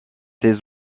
ses